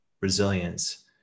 resilience